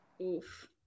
Oof